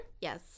Yes